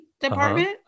department